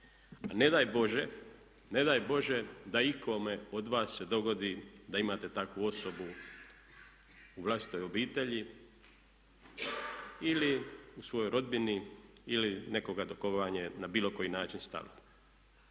ne daj Bože da ikome od vas se dogodi da imate takvu osobu u vlastitoj obitelji ili u svojoj rodbini ili nekoga do koga vam je na bilo koji način stalo.